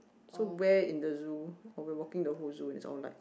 so where in the zoo or we're walking the whole zoo and it's all lights